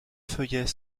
feuillets